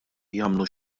jagħmlu